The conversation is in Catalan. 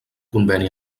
conveni